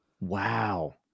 Wow